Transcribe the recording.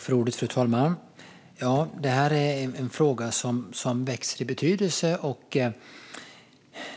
Fru talman! Det här är en fråga som växer i betydelse.